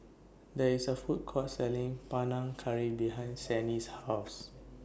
There IS A Food Court Selling Panang Curry behind Sannie's House